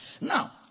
Now